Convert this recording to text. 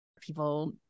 people